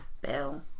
Bill